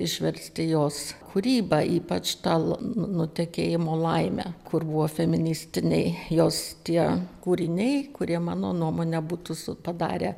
išversti jos kūrybą ypač tą nutekėjimo laimę kur buvo feministiniai jos tie kūriniai kurie mano nuomone būtų padarę